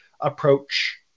approach